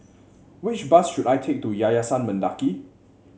which bus should I take to Yayasan Mendaki